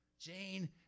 Jane